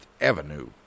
Avenue